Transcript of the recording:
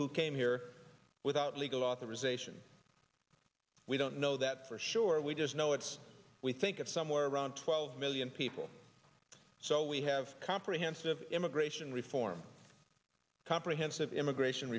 who came here without legal authorization we don't know that for sure we just know it's we think it's somewhere around twelve million people so we have comprehensive immigration reform comprehensive immigration